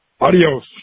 Adios